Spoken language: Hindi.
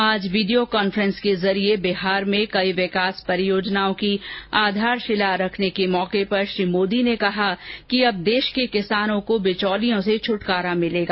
आज वीडियो कॉन्फ्रेंस के जरिये बिहार में कई विकास परियोजनाओं की आधारशिला रखने के मौके पर श्री मोदी ने कहा कि अब देश के किसानों को बिचौलियों से छटकारा मिलेगा